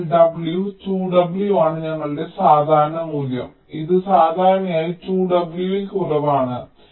അതിനാൽ W 2 W ആണ് ഞങ്ങളുടെ സാധാരണ മൂല്യം ഇത് സാധാരണയായി 2 W ൽ കുറവാണ്